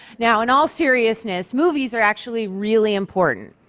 now, in all seriousness, movies are actually really important.